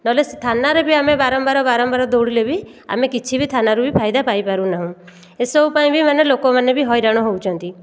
ନହେଲେ ସେ ଥାନାରେ ବି ଆମେ ବାରମ୍ବାର ବାରମ୍ବାର ବାରମ୍ବାର ବାରମ୍ବାର ଦୌଡ଼ିଲେ ବି ଆମେ କିଛି ବି ଥାନାରୁ ବି ଫାଇଦା ପାଇପାରୁନାହୁଁ ଏସବୁ ପାଇଁ ବି ମାନେ ଲୋକମାନେ ବି ହଇରାଣ ହେଉଛନ୍ତି